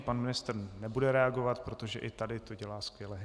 Pan ministr nebude reagovat, protože i tady to dělá skvěle.